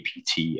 apt